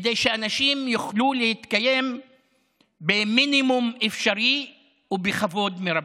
כדי שאנשים יוכלו להתקיים במינימום אפשרי ובכבוד מרבי.